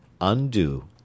undo